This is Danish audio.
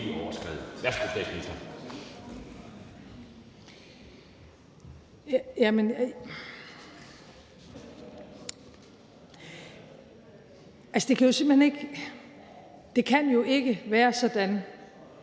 det kan da ikke være en